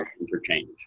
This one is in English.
interchange